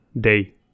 day